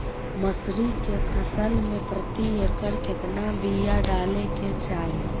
मसूरी के फसल में प्रति एकड़ केतना बिया डाले के चाही?